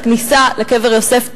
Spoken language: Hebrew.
שהכניסה לקבר יוסף,